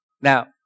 Now